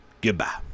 Goodbye